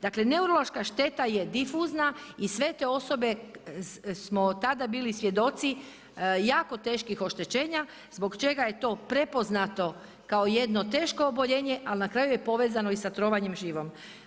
Dakle neurološka šteta je difuzna i sve te osobe smo tada bili svjedoci jako teških oštećenja zbog čega je to prepoznato kao jedno teško oboljenje ali na kraju je povezano i sa trovanjem živom.